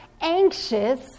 Anxious